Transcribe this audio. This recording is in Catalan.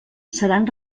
seran